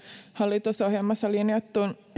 hallitusohjelmassa linjattuun